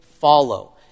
follow